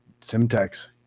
Simtex